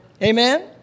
Amen